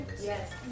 Yes